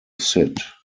sit